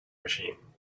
machine